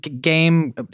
game